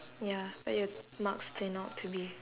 ya but your marks turn out to be